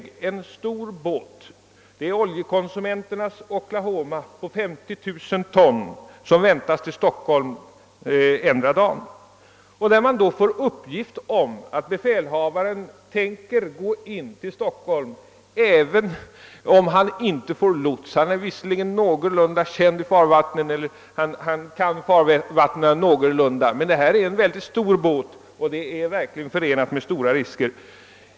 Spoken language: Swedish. En stor båt, Oljekonsumenternas »Oklahoma» på 50 000 ton, väntas till Stockholm endera dagen, och det uppges att befälhavaren tänker gå in till Stockholm även om han inte får lots. Han känner visserligen farvattnen någorlunda väl, men det är en stor båt, och färden är förenad med stora risker.